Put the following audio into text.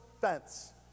fence